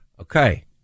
Okay